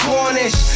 Cornish